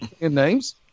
names